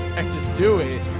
just do it